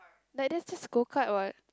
like that just go kart what